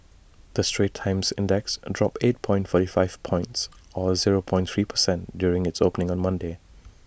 the straits times index dropped eight four five points or zero point three per cent during its opening on Monday